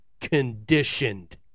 conditioned